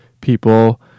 people